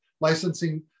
licensing